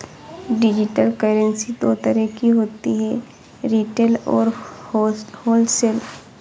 digital currency दो तरह की होती है रिटेल और होलसेल